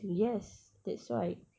ya that's why